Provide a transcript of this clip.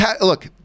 look